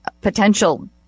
potential